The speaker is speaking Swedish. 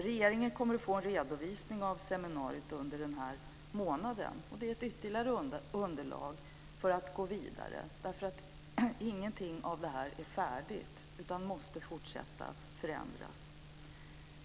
Regeringen kommer att få en redovisning av seminariet under den här månaden. Det är ett ytterligare underlag för att gå vidare. Ingenting av detta är färdigt utan måste fortsätta att förändras.